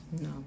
No